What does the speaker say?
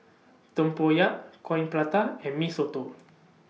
Tempoyak Coin Prata and Mee Soto